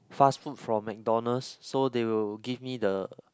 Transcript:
fast food from McDonald's so they will give me the